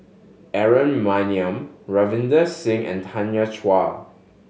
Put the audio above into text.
Aaron Maniam Ravinder Singh and Tanya Chua